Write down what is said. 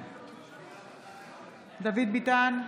נגד דוד ביטן,